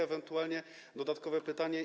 Ewentualnie dodatkowe pytanie.